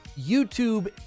YouTube